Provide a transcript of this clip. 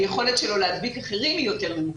היכולת שלו להדביק אחרים היא יותר נמוכה.